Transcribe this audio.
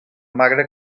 magre